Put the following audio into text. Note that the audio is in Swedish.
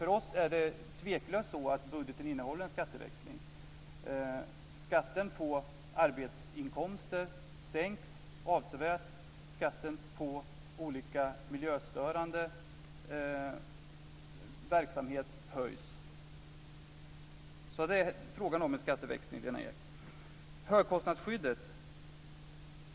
För oss är det tveklöst så att budgeten innehåller en skatteväxling. Skatten på arbetsinkomster sänks avsevärt. Skatten på olika miljöstörande verksamheter höjs. Det är frågan om en skatteväxling, Lena Ek.